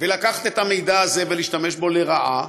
לקחת את המידע הזה ולהשתמש בו לרעה,